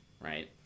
Right